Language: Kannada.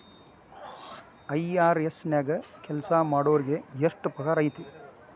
ಐ.ಆರ್.ಎಸ್ ನ್ಯಾಗ್ ಕೆಲ್ಸಾಮಾಡೊರಿಗೆ ಎಷ್ಟ್ ಪಗಾರ್ ಐತಿ?